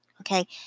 Okay